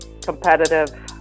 competitive